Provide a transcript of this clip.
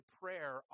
prayer